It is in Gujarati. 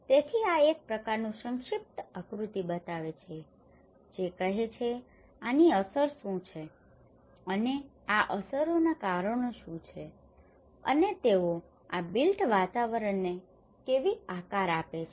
તેથી આ એક પ્રકારનું સંક્ષિપ્ત આકૃતિ બતાવે છે જે કહે છે કે આની અસર શું છે અને આ અસરોના કારણો શું છે અને તેઓ આ બિલ્ટ વાતાવરણને કેવી આકાર આપે છે